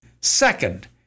Second